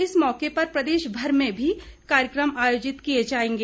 इस मौके पर प्रदेश भर में भी कार्यक्रम आयोजित किये जाएंगे